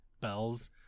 bells